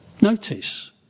Notice